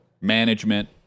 management